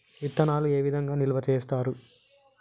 విత్తనాలు ఏ విధంగా నిల్వ చేస్తారు?